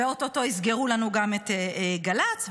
ואו-טו-טו יסגרו לנו גם את גל"צ.